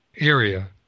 area